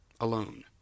alone